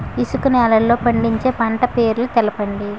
ఇసుక నేలల్లో పండించే పంట పేర్లు తెలపండి?